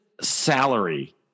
salary